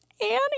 Annie